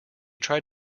tried